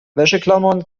wäscheklammern